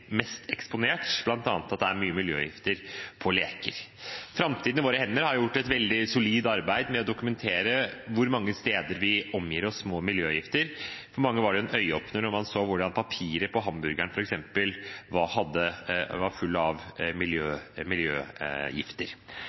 mest eksponert, bl.a. fordi det ofte er mye miljøgifter i leker. Framtiden i våre hender har gjort et veldig solid arbeid med å dokumentere hvor mange steder vi omgir oss med miljøgifter. For mange var det en øyeåpner da de så hvordan papiret på hamburgeren f.eks. var fullt av miljøgifter.